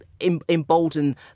embolden